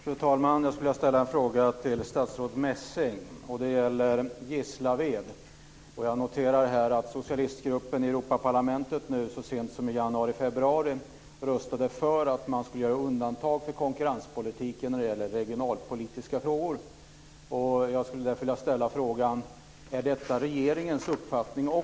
Fru talman! Jag skulle vilja ställa en fråga till statsrådet Messing. Det gäller Gislaved. Jag noterar att socialistgruppen i Europaparlamentet så sent som i januari-februari röstade för att man skulle göra undantag i konkurrenspolitiken när det gäller regionalpolitiska frågor. Jag skulle därför vilja fråga: Har regeringen samma uppfattning?